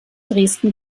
dresden